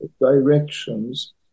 directions